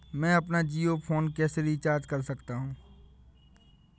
मैं अपना जियो फोन कैसे रिचार्ज कर सकता हूँ?